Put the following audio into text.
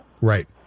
Right